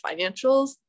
financials